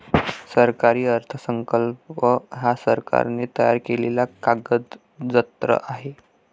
सरकारी अर्थसंकल्प हा सरकारने तयार केलेला कागदजत्र आहे